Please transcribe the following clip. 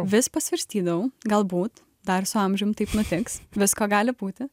vis pasvarstydavau galbūt dar su amžium taip nutiks visko gali būti